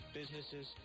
businesses